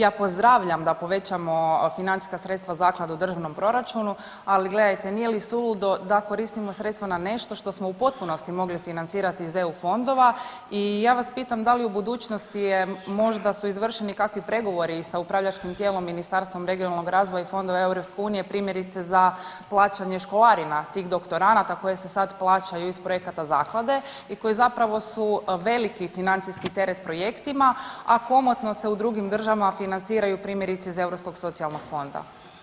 Ja pozdravljam da povećamo financijska sredstva zaklade u državnom proračunu, ali gledajte nije li suludo da koristimo sredstva na nešto što smo u potpunosti mogli financirati iz eu fondova i ja vas pitam da li u budućnosti možda su izvršeni kakvi pregovori sa upravljačkim tijelom Ministarstvom regionalnog razvoja i fondova EU primjerice za plaćanje školarina tih doktoranata koje se sad plaćaju iz projekata zaklade i koji zapravo su veliki financijski teret projektima, a komotno se u drugim državama financiraju primjerice iz Europskog socijalnog fonda.